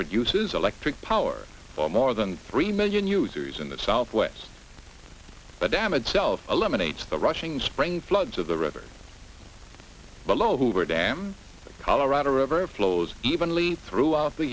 produces electric power for more than three million users in the southwest but damage self eliminates the rushing spring floods of the river below hoover dam the colorado river flows evenly throughout the